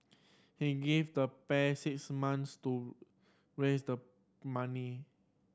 he gave the pair six months to raise the money